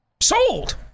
Sold